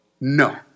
No